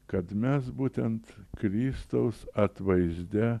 kad mes būtent kristaus atvaizde